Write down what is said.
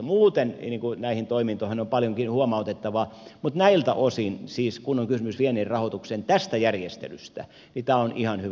muuten näihin toimintoihin on paljonkin huomautettavaa mutta näiltä osin siis kun on kysymys viennin rahoituksen tästä järjestelystä tämä on ihan hyvä